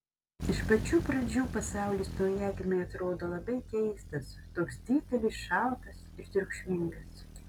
iš pačių pradžių pasaulis naujagimiui atrodo labai keistas toks didelis šaltas ir triukšmingas